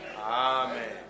Amen